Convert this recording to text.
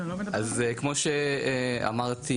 אז כמו שאמרתי,